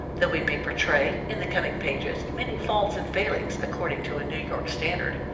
though we may portray, in the coming pages, many faults and failings according to a new york standard,